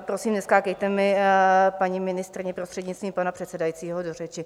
Prosím, neskákejte mi, paní ministryně, prostřednictvím pana předsedajícího, do řeči.